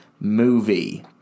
movie